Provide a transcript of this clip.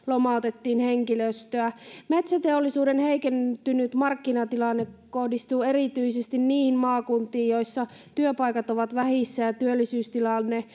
lomautettiin henkilöstöä metsäteollisuuden heikentynyt markkinatilanne kohdistuu erityisesti niihin maakuntiin joissa työpaikat ovat vähissä ja työllisyystilanne